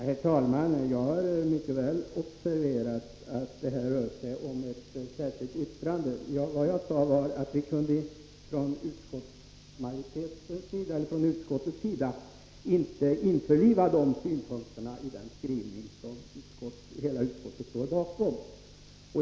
Herr talman! Jag har mycket väl observerat att det här rör sig om ett särskilt yttrande. Vad jag sade var att vi från utskottets sida inte kunde införliva dessa synpunkter i den skrivning som hela utskottet står bakom.